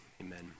amen